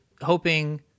hoping